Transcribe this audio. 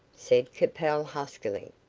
said capel, huskily.